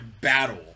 battle